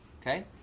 Okay